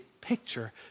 picture